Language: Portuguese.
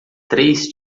três